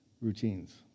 routines